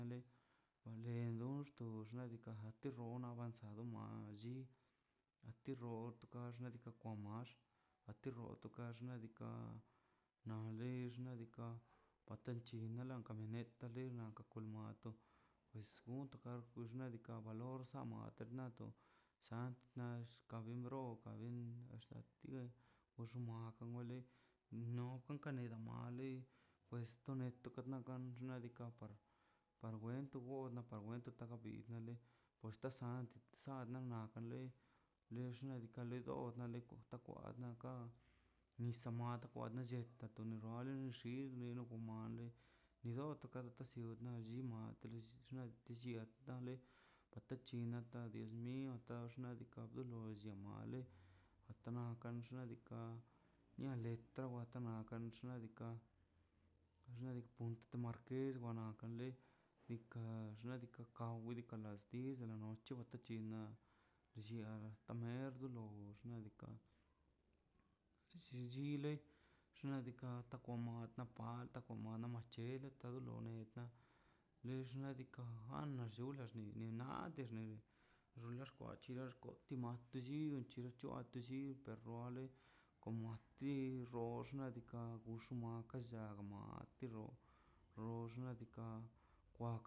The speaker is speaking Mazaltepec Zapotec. avanzado man chi anti roo tga kwa max ati root kash xnaꞌ diikaꞌ nan dex xnaꞌ diikaꞌ patan chikan camioneta kan kwal muato pues gonto ka xnaꞌ diikaꞌ valor samaterna sant nax kimbrokan li lin axtiactiv puxna tomole nokan de na mali puesto neto kanaki par par wento go na par wento na li porte sant tan ana wa lei le xnaꞌ diikaꞌ naxta kwa ga nisa mad kwanlle to toni wal nxil tokwale nido to ka kasio man llima nakleꞌ nllio data chin na asta dios mio nadika do lo llia male ata na xnaꞌ diikaꞌ xnaꞌtinka markez dika dika wan diikaꞌ las diez de la noche wa tina llia kamer lo xnaꞌ diikaꞌ dii llichile xnaꞌ diikaꞌ komo na palta komo na chele do lo nedna le xnaꞌ diikaꞌ pan la llula naatexna rola xkwatch timatn nlluu lli nante lluu tu xuale komo ti rroz xnaꞌ diikaꞌ